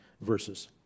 verses